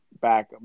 back